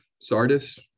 Sardis